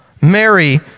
Mary